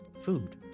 food